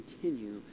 continue